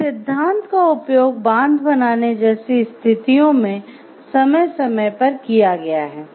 इस सिद्धांत का उपयोग बांध बनाने जैसी स्थितियों में समय समय पर किया गया है